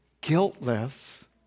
guiltless